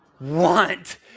Want